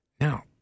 Now